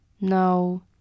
No